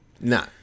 No